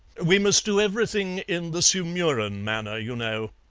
we must do everything in the sumurun manner, you know.